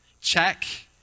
check